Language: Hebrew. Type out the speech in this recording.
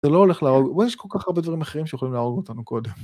זה לא הולך להרוג, ויש כל כך הרבה דברים אחרים שיכולים להרוג אותנו קודם.